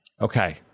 Okay